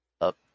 up